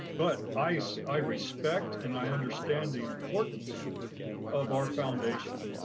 but i so i respect and i understand the importance of our foundation.